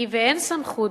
כי באין סמכות,